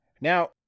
Now